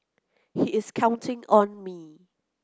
he is counting on me